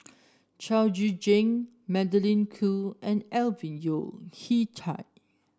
Chao Tzee Cheng Magdalene Khoo and Alvin Yeo Khirn Hai